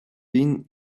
been